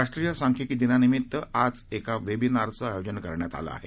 राष्ट्रीय सांख्यिकी दिनानिमित्त आज एका वेबिनारचं आयोजन करण्यात आलं आहे